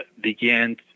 began